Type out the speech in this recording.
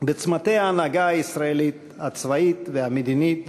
בצומתי ההנהגה הישראלית, הצבאית והמדינית,